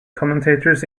commentators